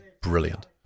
brilliant